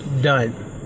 done